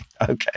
okay